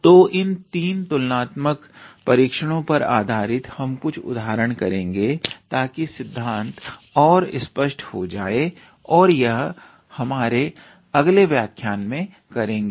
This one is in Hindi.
तो इन 3 तुलनात्मक परीक्षणों पर आधारित हम कुछ उदाहरण करेंगे ताकि सिद्धांत और स्पष्ट हो जाए और यह हमारे अगले व्याख्यान में करेंगे